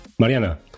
Mariana